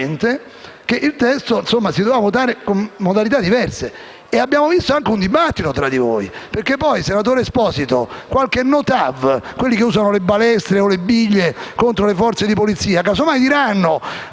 che il testo si doveva votare con modalità diverse. Abbiamo anche visto un dibattito tra di voi. Infatti, senatore Esposito, qualche no TAV - quelli che usano le balestre e le biglie contro le forze di polizia - magari dirà